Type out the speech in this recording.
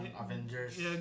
Avengers